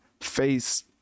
face